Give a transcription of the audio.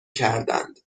کردندمن